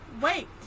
Wait